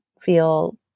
feel